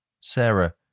Sarah